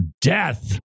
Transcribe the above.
death